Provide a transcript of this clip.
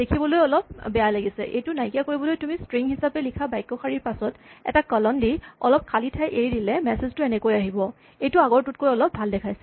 দেখিবলৈ অলপ বেয়া লাগিছে এইটো নাইকিয়া কৰিবলৈ তুমি স্ট্ৰিং হিচাপে লিখা বাক্যশাৰীৰ পাছত এটা কলন দি অলপ খালী ঠাই এৰি দিলে মেছেজ টো এনেকৈ আহিব এইটো আগৰটোতকৈ অলপ ভাল দেখাইছে